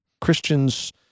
Christians